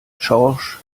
schorsch